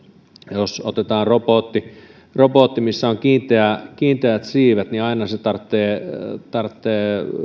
ja jos otetaan robotti robotti missä on kiinteät kiinteät siivet niin aina se tarvitsee tarvitsee